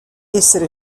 essere